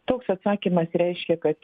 toks atsakymas reiškia kad